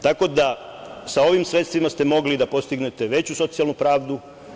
Tako da, sa ovim sredstvima ste mogli da postignete veću socijalno pravdu.